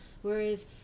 Whereas